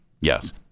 yes